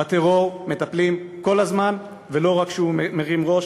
בטרור מטפלים כל הזמן, ולא רק כשהוא מרים ראש.